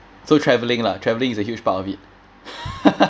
so travelling lah travelling is a huge part of it